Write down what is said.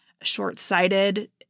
short-sighted